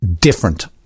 different